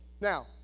Now